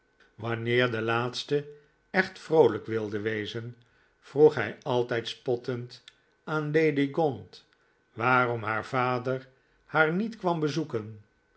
wanneer de laatste echter vroolijk wilde wezen vroeg hij altijd spottend aan lady gaunt waarom haar vader haar niet kwam bezoeken